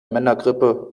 männergrippe